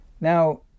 Now